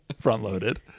front-loaded